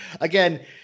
Again